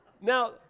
now